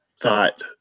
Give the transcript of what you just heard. thought